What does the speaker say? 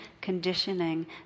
conditioning